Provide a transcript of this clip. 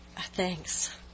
Thanks